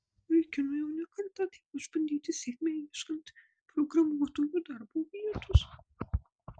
vaikinui jau ne kartą teko išbandyti sėkmę ieškant programuotojo darbo vietos